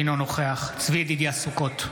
אינו נוכח צבי ידידיה סוכות,